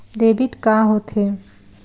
Debit का होथे?